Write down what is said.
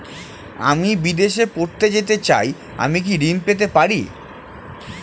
আমি বিদেশে পড়তে যেতে চাই আমি কি ঋণ পেতে পারি?